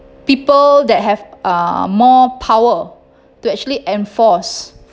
people that have uh more power to actually enforce